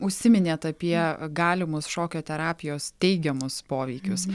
užsiminėt apie galimus šokio terapijos teigiamus poveikius